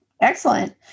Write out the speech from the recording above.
excellent